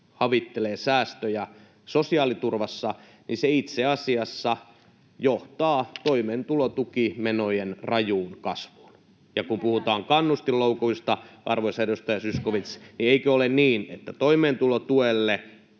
havittelee säästöjä sosiaaliturvassa, se itse asiassa johtaa toimeentulotukimenojen rajuun kasvuun. [Li Andersson: Mikä järki?] Ja kun puhutaan kannustinloukuista, arvoisa edustaja Zyskowicz, niin eikö ole niin, että toimeentulotuelle